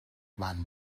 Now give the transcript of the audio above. wann